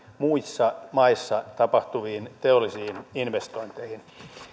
muissa maissa tapahtuviin teollisiin investointeihin